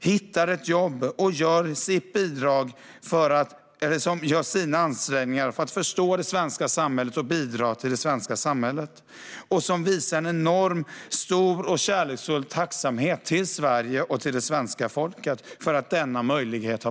hittar jobb och bidrar till det svenska samhället. De visar en stor och kärleksfull tacksamhet till Sverige och det svenska folket för denna möjlighet.